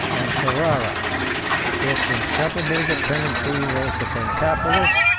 and ferrara its inseparable dependency was the pentapolis,